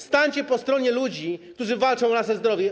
Stańcie po stronie ludzi, którzy walczą o nasze zdrowie.